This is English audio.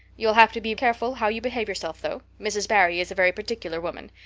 you'll have to be careful how you behave yourself, though. mrs. barry is a very particular woman.